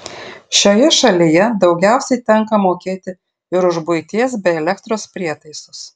šioje šalyje daugiausiai tenka mokėti ir už buities bei elektros prietaisus